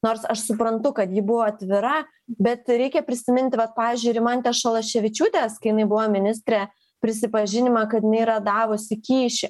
nors aš suprantu kad ji buvo atvira bet reikia prisiminti vat pavyzdžiui rimantės šalaševičiūtės kai jinai buvo ministrė prisipažinimą kad jinai yra davusi kyšį